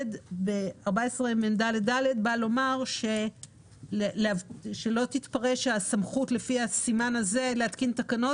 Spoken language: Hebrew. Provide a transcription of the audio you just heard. סעיף 14מד(ד) בא לומר שלא יתפרש שהסמכות לפי הסימן הזה להתקין תקנות